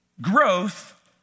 Growth